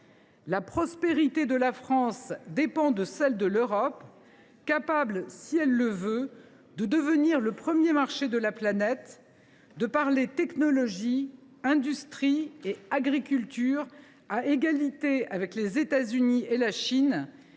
La prospérité de la France dépend de celle de l’Europe, capable, si elle le veut, de devenir le premier marché de la planète, de parler technologie, industrie et agriculture à égalité avec les États Unis et la Chine,